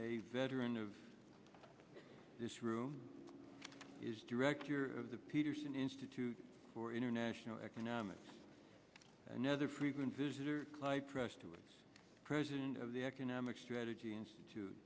a veteran of this room is director of the peterson institute for international economics another frequent visitor clyde prestowitz president of the economic strategy institute